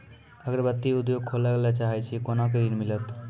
अगरबत्ती उद्योग खोले ला चाहे छी कोना के ऋण मिलत?